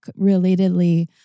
relatedly